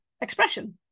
expression